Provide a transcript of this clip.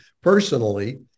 personally